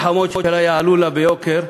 שהמלחמות שלה יעלו לה ביוקר,